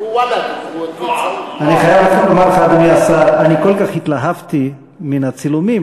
אני כל כך התלהבתי מן הצילומים,